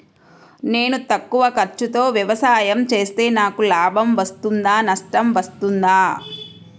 నేను తక్కువ ఖర్చుతో వ్యవసాయం చేస్తే నాకు లాభం వస్తుందా నష్టం వస్తుందా?